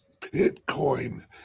Bitcoin